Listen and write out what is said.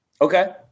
Okay